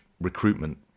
recruitment